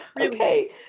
okay